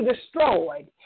destroyed